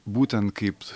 būtent kaip